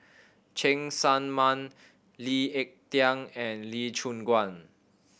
Cheng Tsang Man Lee Ek Tieng and Lee Choon Guan